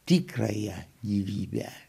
tikrąją gyvybę